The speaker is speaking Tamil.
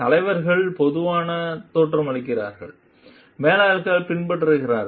தலைவர்கள் பொதுவாக தோன்றுகிறார்கள் மேலாளர்கள் பின்பற்றுகிறார்கள்